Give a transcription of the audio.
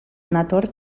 nator